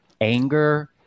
anger